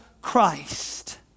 Christ